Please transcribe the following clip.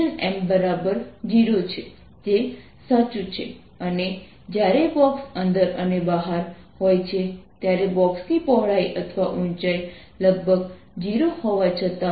M0 છે જે સાચું છે અને જ્યારે બોક્સ અંદર અને બહાર હોય છે ત્યારે બોક્સની પહોળાઈ અથવા ઊંચાઈ લગભગ 0 હોવા છતાં પણ